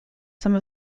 some